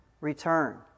return